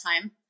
time